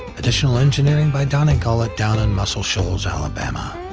additional engineering by donnie gullet down in muscle shoals, alabama.